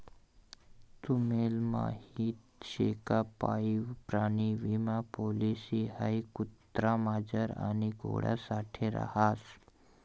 तुम्हले माहीत शे का पाळीव प्राणी विमा पॉलिसी हाई कुत्रा, मांजर आणि घोडा साठे रास